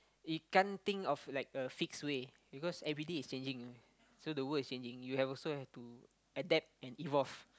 it can't think of like a fixed way because everyday is changing you know so the world is changing you have also have to adapt and evolve